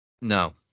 No